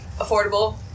Affordable